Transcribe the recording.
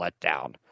letdown